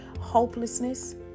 hopelessness